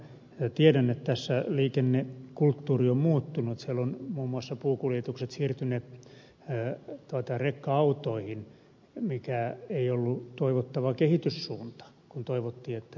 tiedän että tässä liikennekulttuuri on muuttunut siellä ovat muun muassa puukuljetukset siirtyneet rekka autoihin mikä ei ollut toivottava kehityssuunta kun toivottiin että ne olisivat siirtyneet rautateille